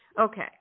Okay